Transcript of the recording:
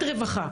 את רווחה?